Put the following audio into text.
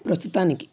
ప్రస్తుతానికి